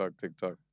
TikTok